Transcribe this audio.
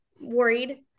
worried